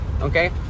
okay